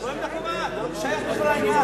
זה לא עמדה קובעת, זה לא שייך בכלל לעניין.